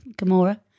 Gamora